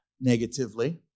negatively